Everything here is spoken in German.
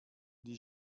die